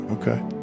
Okay